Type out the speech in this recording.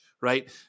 right